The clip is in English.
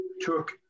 took